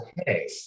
okay